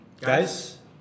Guys